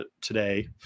today